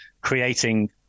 creating